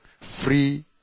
free